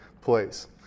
place